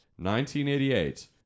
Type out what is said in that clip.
1988